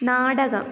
നാടകം